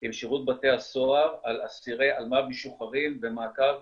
עם שירות בתי הסוהר על אסירי אלמ"ב משוחררים ומעקב